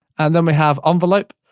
and then we have envelope.